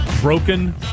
Broken